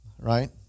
right